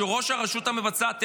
שהוא ראש הרשות המבצעת,